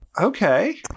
Okay